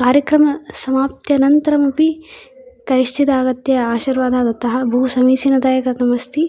कार्यक्रमसमाप्तानन्तरम् अपि कश्चिद् आगत्य आशीर्वादः दत्तः बहुसमीचीनतया कृतम् अस्ति